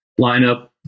lineup